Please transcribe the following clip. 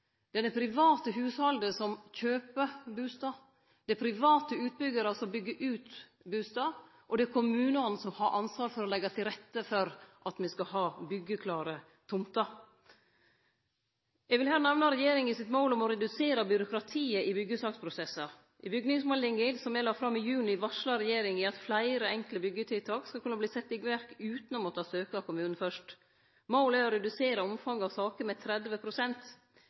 Det er private hushald som kjøper bustad, det er private utbyggjarar som byggjer ut bustader, og det er kommunane som har ansvaret for å leggje til rette for at me skal ha byggjeklare tomter. Eg vil her nemne regjeringa sitt mål om å redusere byråkratiet i byggjesaksprosessar. I bygningsmeldinga som eg la fram i juni, varsla regjeringa at fleire enkle byggjetiltak skal kunne setjast i verk utan å måtte søkje kommunen fyrst. Målet er å redusere omfanget av saker med